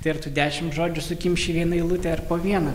tai ar tu dešimt žodžių sukimši į vieną eilutę ir po vieną